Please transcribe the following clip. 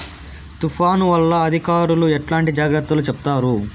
తుఫాను వల్ల అధికారులు ఎట్లాంటి జాగ్రత్తలు చెప్తారు?